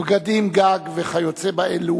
בגדים, גג וכיוצא באלו,